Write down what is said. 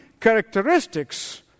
characteristics